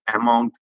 amount